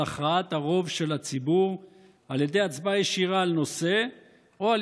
הכרעת הרוב של הציבור על ידי הצבעה ישירה על נושא או על